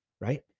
right